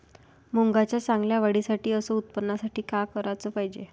मुंगाच्या चांगल्या वाढीसाठी अस उत्पन्नासाठी का कराच पायजे?